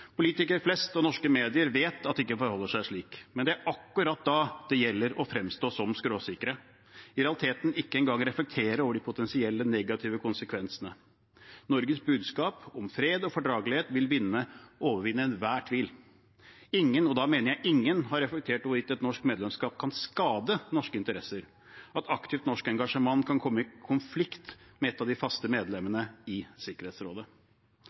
Politikere flest og norske medier vet at det ikke forholder seg slik, men det er akkurat da det gjelder å fremstå som skråsikre og i realiteten ikke engang reflektere over de potensielt negative konsekvensene. Norges budskap om fred og fordragelighet vil overvinne enhver tvil. Ingen – og da mener jeg ingen – har reflektert over hvorvidt et norsk medlemskap kan skade norske interesser, at et aktivt norsk engasjement kan komme i konflikt med et av de faste medlemmene i Sikkerhetsrådet,